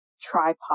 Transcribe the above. tripod